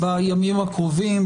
בימים הקרובים,